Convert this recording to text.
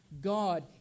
god